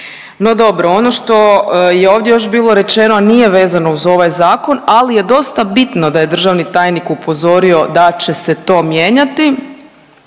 No, dobro ono što je ovdje još bilo rečeno nije vezano uz ovaj zakon ali je dosta bitno da je državni tajnik upozorio da će se to mijenjati